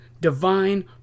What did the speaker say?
divine